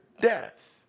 death